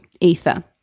ether